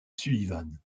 sullivan